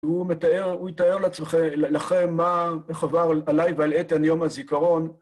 הוא מתאר, הוא יתאר לכם מה, איך עבר עליי ועל איתן יום הזיכרון.